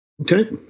okay